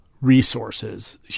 resources